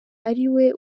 ariwe